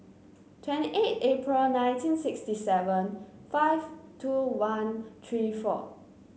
twenty eight April nineteen sixty seven five two one three four